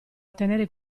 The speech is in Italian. ottenere